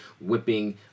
whipping